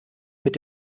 mit